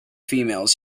females